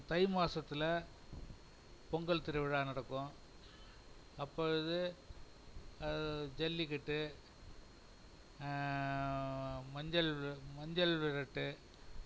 தை மாசத்தில் பொங்கல் திருவிழா நடக்கும் அப்பொழுது ஜல்லிக்கட்டு மஞ்சள் மஞ்சள்விரட்டு